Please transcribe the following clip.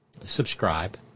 Subscribe